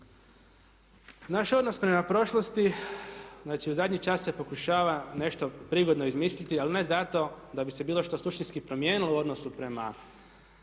Naš odnos prema prošlosti, znači u zadnji čas se pokušava nešto prigodno izmisliti ali ne zato da bi se bilo što suštinski promijenilo u odnosu prema